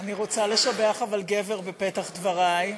אני רוצה אבל לשבח גבר בפתח דברי.